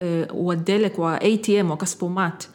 הוא הלק הוא האיי-טי-אם, הוא הכספומט.